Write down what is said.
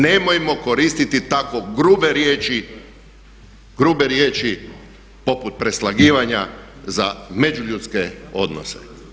Nemojmo koristiti tako grube riječi, grube riječi poput preslagivanja za međuljudske odnose.